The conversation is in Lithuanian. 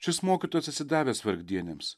šis mokytojas atsidavęs vargdieniams